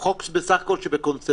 הוא חוק שהוא בסך הכול בקונצנזוס.